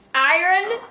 Iron